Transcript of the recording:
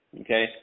Okay